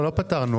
לא פתרנו.